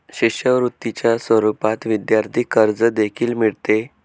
शिष्यवृत्तीच्या स्वरूपात विद्यार्थी कर्ज देखील मिळते